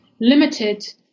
limited